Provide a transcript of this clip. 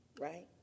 Right